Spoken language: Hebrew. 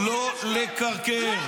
גברת בן ארי, לא לקרקר.